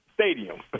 stadium